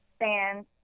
fans